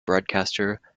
broadcaster